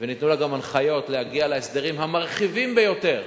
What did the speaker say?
וניתנו לה גם הנחיות להגיע להסדרים המרחיבים ביותר,